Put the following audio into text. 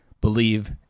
believe